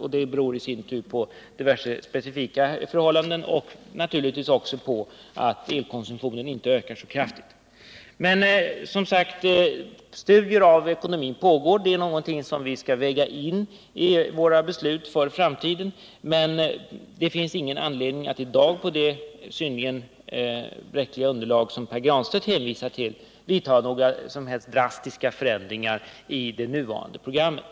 Och det beror i sin tur på diverse specifika förhållanden och även på att elkonsumtionen inte ökat så kraftigt. Men, som sagt, studier av ekonomin pågår. Det är något som vi skall väga in i våra beslut för framtiden. Det finns emellertid ingen anledning att i dag, på det synnerligen bräckliga underlag som Pär Granstedt hänvisar till, vidta några som helst drastiska förändringar i det nuvarande programmet.